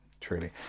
truly